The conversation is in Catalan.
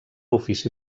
ofici